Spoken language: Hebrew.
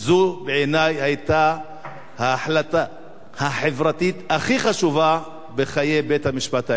בעיני זו היתה ההחלטה החברתית הכי חשובה בחיי בית-המשפט העליון.